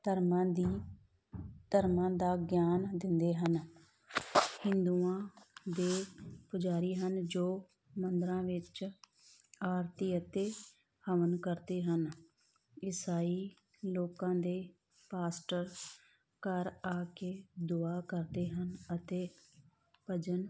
ਧਰਮਾਂ ਦੀ ਧਰਮਾਂ ਦਾ ਗਿਆਨ ਦਿੰਦੇ ਹਨ ਹਿੰਦੂਆਂ ਦੇ ਪੁਜਾਰੀ ਹਨ ਜੋ ਮੰਦਰਾਂ ਵਿੱਚ ਆਰਤੀ ਅਤੇ ਹਵਨ ਕਰਦੇ ਹਨ ਈਸਾਈ ਲੋਕਾਂ ਦੇ ਪਾਸਟਰ ਘਰ ਆ ਕੇ ਦੁਆ ਕਰਦੇ ਹਨ ਅਤੇ ਭਜਨ